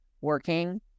working